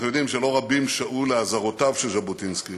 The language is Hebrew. אנחנו יודעים שלא רבים שעו לאזהרותיו של ז'בוטינסקי